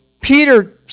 Peter